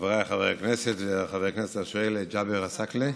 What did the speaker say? חבריי חברי הכנסת, חבר הכנסת השואל ג'אבר עסאקלה,